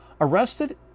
arrested